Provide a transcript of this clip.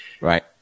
Right